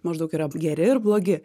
maždaug yra geri ir blogi